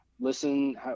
listen